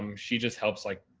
um she just helps like.